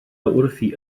wrthi